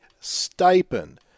stipend